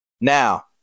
now